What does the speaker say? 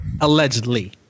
Allegedly